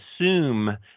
assume